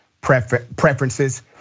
preferences